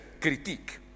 critique